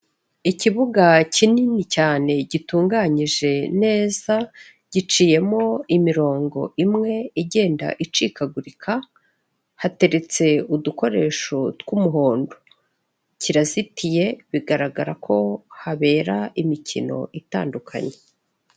Ikibuga kinini cyane gitunganyije neza, giciyemo imirongo imwe igenda icikagurika, hateretse udukoresho tw'umuhondo. Kirazitiye bigaragara ko habera imikino itandukanye.